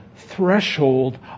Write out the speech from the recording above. threshold